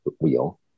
wheel